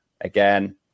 Again